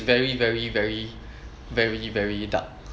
very very very very very dark